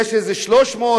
יש איזה 300,